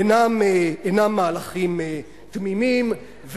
אינם מהלכים תמימים,